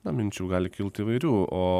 na minčių gali kilt įvairių o